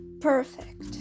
perfect